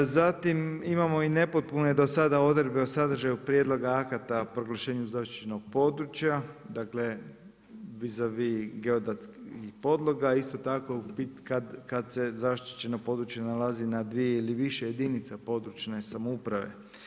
Zatim imamo i nepotpune do sada odredbe o sadržaju prijedloga akata o proglašenju zaštićenog područja, dakle vis a vis geodetskih podloga, isto tako kad se zaštićeno područje nalazi na dvije ili više jedinica područne samouprave.